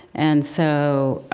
and so,